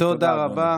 תודה רבה.